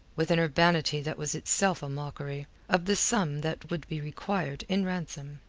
with an urbanity that was itself a mockery, of the sum that would be required in ransom.